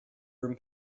room